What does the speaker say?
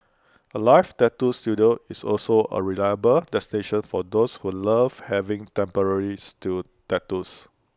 alive tattoo Studio is also A reliable destination for those who love having temporary still tattoos